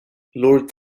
lord